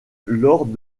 lors